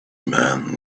man